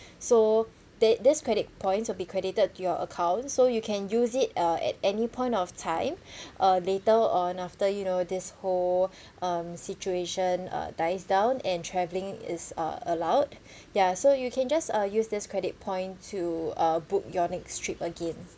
so this this credit points will be credited to your account so you can use it uh at any point of time uh later on after you know this whole um situation uh dies down and travelling is uh allowed ya so you can just uh use this credit point to uh book your next trip again